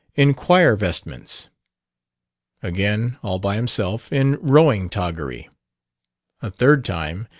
in choir vestments again, all by himself, in rowing toggery a third time,